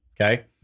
okay